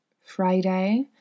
Friday